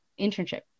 internship